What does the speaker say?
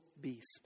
beast